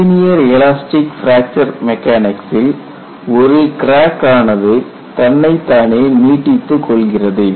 linear elastic fracture மெக்கானிக்சில் ஒரு crack ஆனது தன்னைத் தானே நீட்டித்துக் கொள்கிறது